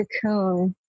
cocoon